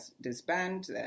disband